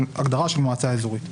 הגדרה של מועצה אזורית.